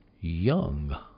young